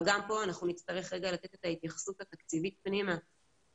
אבל גם פה אנחנו נצטרך רגע לתת את ההתייחסות התקציבית פנימה אצלנו